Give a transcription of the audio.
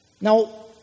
Now